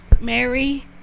Mary